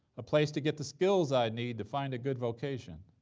a place to get the skills i need to find a good vocation.